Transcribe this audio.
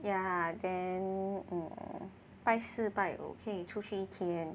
yeah then 我拜四拜五可以出去一天